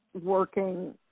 working